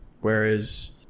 whereas